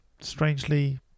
strangely